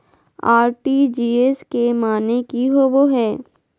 RTGS के माने की होबो है?